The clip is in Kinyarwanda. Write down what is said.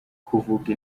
kuvuga